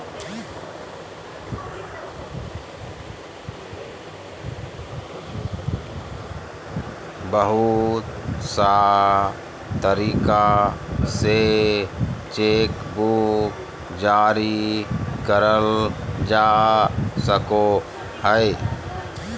बहुत सा तरीका से चेकबुक जारी करल जा सको हय